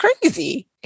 crazy